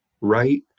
right